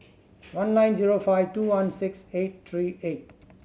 one nine zero five two one six eight three eight